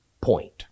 point